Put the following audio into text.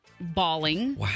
bawling